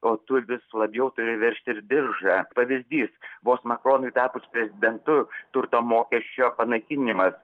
o tu vis labiau turi veržtis diržą pavyzdys vos makronui tapus prezidentu turto mokesčio panaikinimas